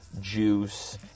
Juice